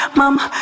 mama